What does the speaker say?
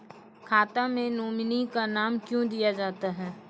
खाता मे नोमिनी का नाम क्यो दिया जाता हैं?